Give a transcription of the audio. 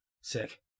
Sick